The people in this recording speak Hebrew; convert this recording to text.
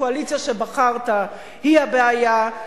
הקואליציה שבחרת היא הבעיה,